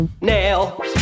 Nail